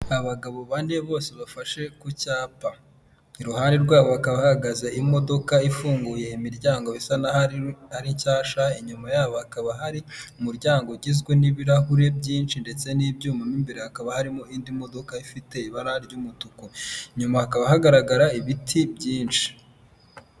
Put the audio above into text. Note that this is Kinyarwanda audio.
Abagabo bane bose bafashe ku cyapa, iruhande rwabo hakaba hahagaze imodoka ifunguye imiryango isa naho ari nshyashya, inyuma yabo hakaba hari umuryango ugizwe n'ibirahure byinshi ndetse n'ibyuma mo imbere hakaba harimo indi modoka ifite ibara ry'umutuku, inyuma hakaba hagaragara ibiti byinshi.